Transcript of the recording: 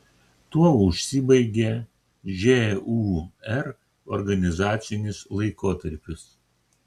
tuo užsibaigė žūr organizacinis laikotarpis